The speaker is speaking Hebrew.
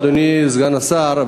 אדוני סגן השר,